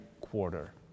quarter